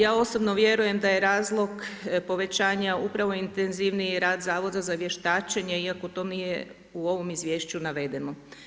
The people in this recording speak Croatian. Ja osobno vjerujem da je razlog povećanje upravo intenzivniji rad Zavoda za vještačenje iako to nije u ovom izvješću navedeno.